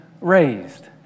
raised